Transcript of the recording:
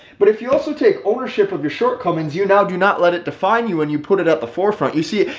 but if you also take ownership of your shortcomings, you now do not let it define you and you put it at the forefront. you see,